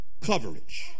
coverage